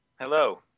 Hello